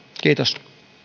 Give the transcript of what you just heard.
kiitos